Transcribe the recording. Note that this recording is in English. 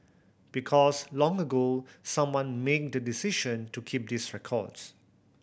because long ago someone made the decision to keep these records